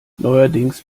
neuerdings